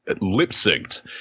lip-synced